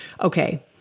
okay